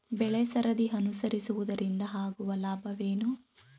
ಬೆಳೆಸರದಿ ಅನುಸರಿಸುವುದರಿಂದ ಆಗುವ ಲಾಭವೇನು?